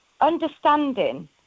understanding